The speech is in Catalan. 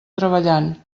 treballant